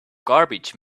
garbage